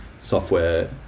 software